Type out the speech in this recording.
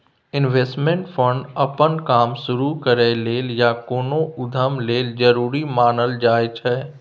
investment fund अप्पन काम शुरु करइ लेल या कोनो उद्यम लेल जरूरी मानल जाइ छै